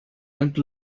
and